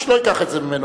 איש לא ייקח את זה ממנו,